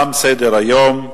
תם סדר-היום.